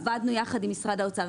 עבדנו יחד עם משרד האוצר,